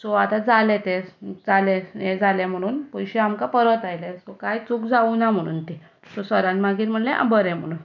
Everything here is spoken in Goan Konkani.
सो आतां जालें तें जालें हें जालें म्हुणून पयशे आमकां परत आयले सो कांय चूक जावना म्हुणून ती सो सरान मागीर म्हणलें आं बरें म्हुणून